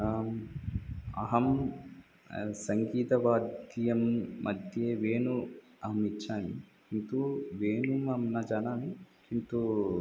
आम् अहं सङ्गीतवाद्यान्मध्ये वेणुः अहमिच्छामि किन्तु वेणुम् अहं न जानामि किन्तु